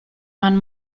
man